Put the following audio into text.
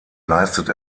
leistet